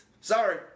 Sorry